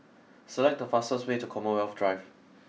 select the fastest way to Commonwealth Drive